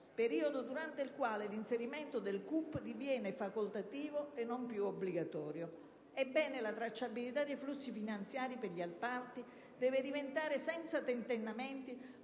periodo durante il quale l'inserimento del CUP diviene facoltativo e non più obbligatorio. Ebbene, la tracciabilità dei flussi finanziari per gli appalti deve diventare, senza tentennamenti,